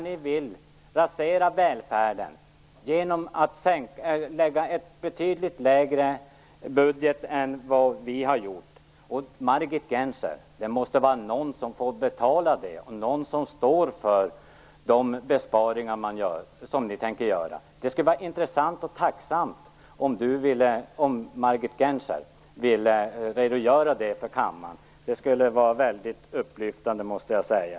Ni vill rasera välfärden genom att lägga fram förslag om en betydligt lägre budget än vad vi har gjort. Och, Margit Gennser, det måste bli någon som får betala och stå för de besparingar som ni vill göra. Det vore intressant om Margit Gennser ville redogöra detta för kammaren. Det skulle vara väldigt upplyftande, måste jag säga.